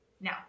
Now